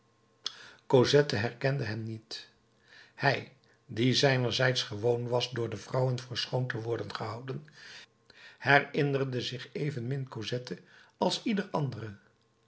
cosette herkende hem niet hij die zijnerzijds gewoon was door de vrouwen voor schoon te worden gehouden herinnerde zich evenmin cosette als ieder andere